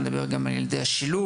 אני מדבר גם על ילדי השילוב,